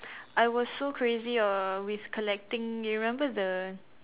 I was so crazy uh with collecting you remember the